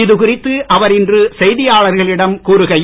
இதுகுறித்து அவர் இன்று செய்தியாளர்களிடம் கூறுகையில்